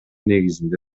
негизинде